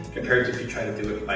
compared to try to do it by